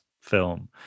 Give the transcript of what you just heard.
film